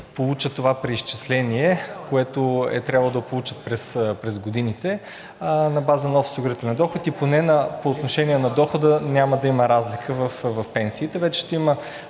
получат това преизчисление, което е трябвало да получат през годините на базата на общия осигурителен доход, и поне по отношение на дохода няма да има разлика в пенсиите. Вече ще има